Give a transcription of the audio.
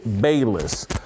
Bayless